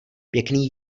pěkný